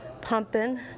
pumping